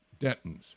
Dentons